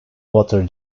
water